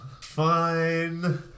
Fine